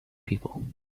people